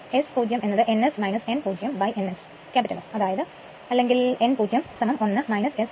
അപ്പോൾ S0n S n 0n S അല്ലെങ്കിൽ n 01 S0